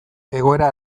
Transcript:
egoera